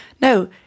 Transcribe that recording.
no